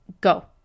go